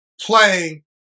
playing